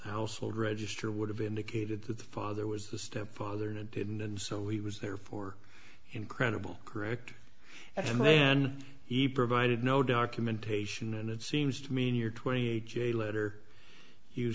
household register would have indicated that the father was the stepfather and it didn't and so he was there for him credible correct and then he provided no documentation and it seems to mean you're twenty eight j letter you